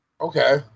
Okay